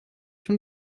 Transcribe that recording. von